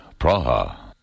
Praha